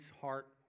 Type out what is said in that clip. heart